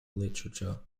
literature